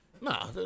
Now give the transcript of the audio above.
Nah